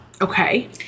Okay